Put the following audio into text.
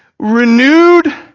Renewed